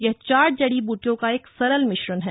यह चार जड़ी बूटियों का एक सरल मिश्रण है